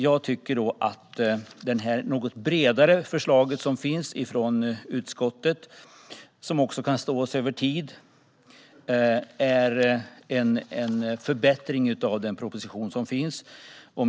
Jag tycker att det något bredare förslag som finns från utskottet och som också kan stå sig över tid är en förbättring av den proposition som finns.